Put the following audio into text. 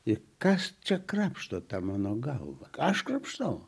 ir kas čia krapšto tą mano galvą ką aš krapštau